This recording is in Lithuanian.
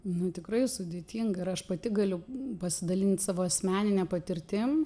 nu tikrai sudėtinga ir aš pati galiu pasidalint savo asmenine patirtim